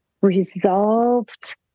resolved